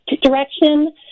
direction